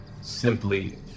simply